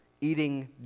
eating